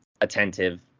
attentive